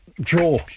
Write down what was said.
draw